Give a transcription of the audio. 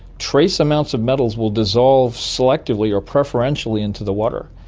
trace amounts of metals will dissolve selectively or preferentially into the water.